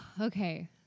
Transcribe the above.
Okay